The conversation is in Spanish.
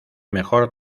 mejor